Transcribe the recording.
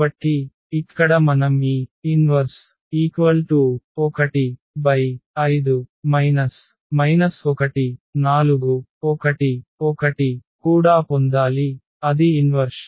కాబట్టి ఇక్కడ మనం ఈ P 115 1 4 1 1 కూడా పొందాలి అది ఇన్వర్ష్